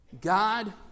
God